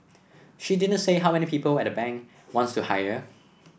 she didn't say how many people and the bank wants to hire